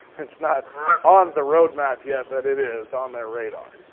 it's not on the roadmap yet, but it is on their radar.